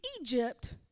Egypt